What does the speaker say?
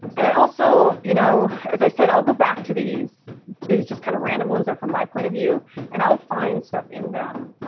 and i also, you know, as i said i'll go back to these to these just kind of random ones that are from my point of view and i'll find stuff in them